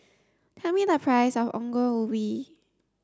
tell me the price of Ongol Ubi